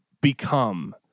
become